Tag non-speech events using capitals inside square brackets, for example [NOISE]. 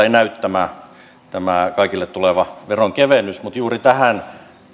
[UNINTELLIGIBLE] ei näy tämä tämä kaikille tuleva veronkevennys mutta juuri tähän